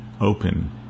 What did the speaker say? open